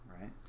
right